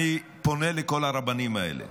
אני פונה לכל הרבנים האלה.